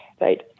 right